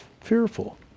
fearful